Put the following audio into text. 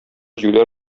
юләр